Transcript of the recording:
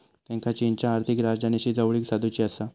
त्येंका चीनच्या आर्थिक राजधानीशी जवळीक साधुची आसा